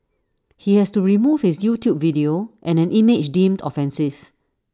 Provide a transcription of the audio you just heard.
he has to remove his YouTube video and an image deemed offensive